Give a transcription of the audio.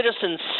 citizens